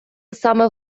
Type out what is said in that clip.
саме